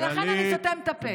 ולכן אני סותם את הפה.